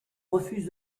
refuse